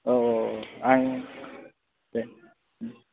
औ औ औ आं दे ओम